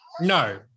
No